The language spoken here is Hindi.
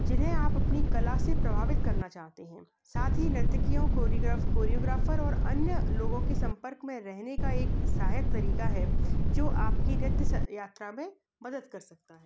जिन्हें आप अपनी कला से प्रभावित करना चाहती हैं साथ ही नर्तकियों काेरिग्राफ कोरियोग्राफर और अन्य लोगों की सम्पर्क में रहने का एक सहायक तरीका है जो आपकी नित्य यात्रा में मदद कर सकता है